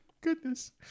goodness